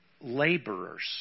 laborers